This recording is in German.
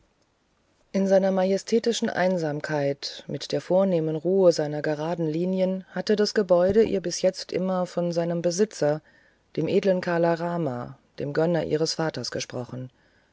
in seiner majestätischen einsamkeit mit der vornehmen ruhe seiner geraden linien hatte das gebäude ihr bis jetzt immer von seinem besitzer dem edlen kala rama dem gönner ihres vaters gesprochen